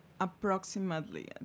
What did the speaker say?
approximately